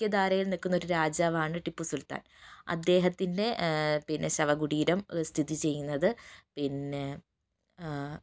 മുഖ്യധാരയിൽ നിൽക്കുന്ന ഒരു രാജാവാണ് ടിപ്പുസുൽത്താൻ അദ്ദേഹത്തിൻ്റെ പിന്നെ ശവകുടീരം സ്ഥിതി ചെയ്യുന്നത് പിന്നെ മാനന്തവാടി ആണ്